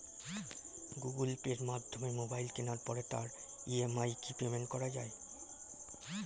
Google পের মাধ্যমে mobile কেনার পরে তার ই.এম.আই কি পেমেন্ট করা যায়?